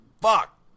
Fuck